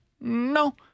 No